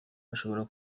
ashobora